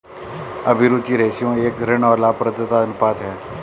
अभिरुचि रेश्यो एक ऋण और लाभप्रदता अनुपात है